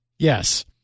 Yes